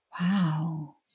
Wow